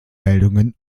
meldungen